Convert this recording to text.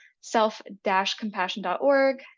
self-compassion.org